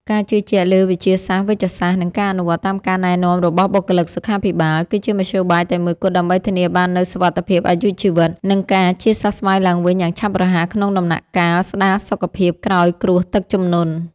ការជឿជាក់លើវិទ្យាសាស្ត្រវេជ្ជសាស្ត្រ និងការអនុវត្តតាមការណែនាំរបស់បុគ្គលិកសុខាភិបាល គឺជាមធ្យោបាយតែមួយគត់ដើម្បីធានាបាននូវសុវត្ថិភាពអាយុជីវិត និងការជាសះស្បើយឡើងវិញយ៉ាងឆាប់រហ័សក្នុងដំណាក់កាលស្តារសុខភាពក្រោយគ្រោះទឹកជំនន់។